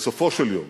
שבסופו של יום